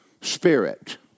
Spirit